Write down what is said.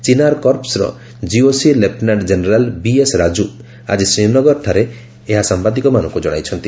ଚିନ୍ନାର କର୍ପସ୍ର GOC lieutenant general B S Raju ଆଜି ଶ୍ରୀନଗରଠାରେ ଏହା ସାମ୍ବାଦିକମାନଙ୍କୁ ଜଣାଇଛନ୍ତି